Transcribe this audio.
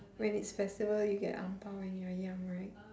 when it's festival you get ang pao when you are young right